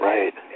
Right